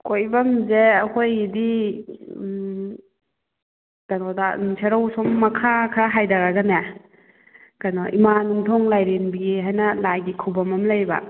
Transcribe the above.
ꯀꯣꯏꯐꯝꯁꯦ ꯑꯩꯈꯣꯏꯒꯤꯗꯤ ꯀꯩꯅꯣꯗ ꯁꯦꯔꯧ ꯁꯣꯝ ꯃꯈꯥ ꯈꯔ ꯍꯥꯏꯊꯔꯒꯅꯦ ꯀꯩꯅꯣ ꯏꯃꯥ ꯌꯨꯝꯊꯣꯡ ꯂꯥꯏꯔꯦꯝꯕꯤ ꯍꯥꯏꯅ ꯂꯥꯏꯒꯤ ꯈꯨꯕꯝ ꯑꯃ ꯂꯩꯕ